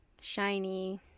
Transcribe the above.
shiny